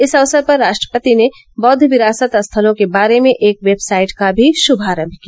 इस अवसर पर राष्ट्रपति ने बौद्ध विरासत स्थलों के बारे में एक वेबसाइट का भी शुभारम्भ किया